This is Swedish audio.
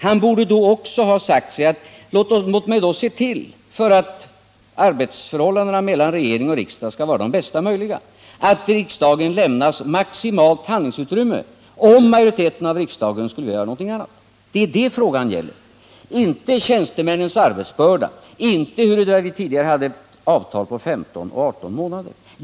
Han borde då också ha sagt sig att, för att arbetsförhållandena mellan regering och riksdag skall vara de bästa möjliga, riksdagen bör lämnas maximalt handlingsutrymme för den händelse riksdagsmajoriteten skulle vilja göra någonting annat. Det är det frågan gäller, inte tjänstemännens arbetsbörda, inte huruvida vi tidigare hade ett avtal på 15 eller 18 månader.